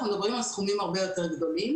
אנחנו מדברים על סכומים הרבה יותר גדולים.